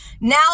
Now